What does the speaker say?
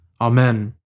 Amen